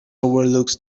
overlooks